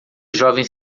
jovens